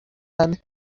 man